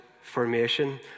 formation